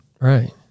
Right